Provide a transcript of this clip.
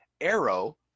Arrow